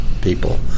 people